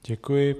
Děkuji.